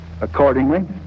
Accordingly